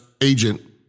agent